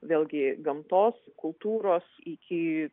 vėlgi gamtos kultūros iki